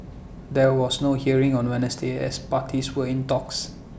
there was no hearing on Wednesday as parties were in talks